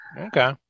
Okay